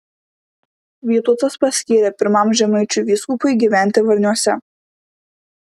vytautas paskyrė pirmam žemaičių vyskupui gyventi varniuose